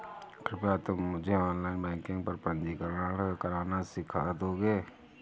कृपया तुम मुझे ऑनलाइन बैंकिंग पर पंजीकरण करना सीख दोगे?